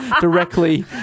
directly